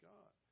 God